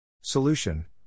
Solution